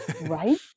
Right